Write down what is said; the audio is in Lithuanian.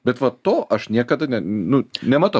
bet va to aš niekada ne nu nematau